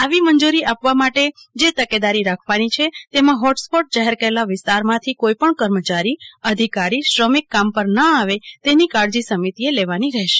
આવી મંજુરી આપવા માટે જે તકેદારી રાખવાની છે તેમાં હોટસ્પોટ જાહેર કરેલા વિસ્તારમાંથી કોઇ પણ કર્મચારી અધિકારી શ્રમિક કામ પર ન આવે તેની કાળજી સમિતિએ લેવાની રહેશે